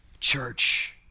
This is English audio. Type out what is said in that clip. church